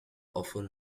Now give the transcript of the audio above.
often